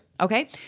Okay